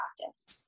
practice